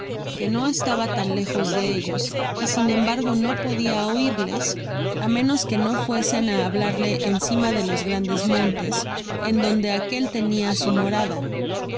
que no estaba tan lejos de ellos y sin embargo no podia oirles á menos que bo fuesen á hablarle encima de los grandes montes en dqnde aquel tenia su morada